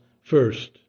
first